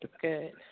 Good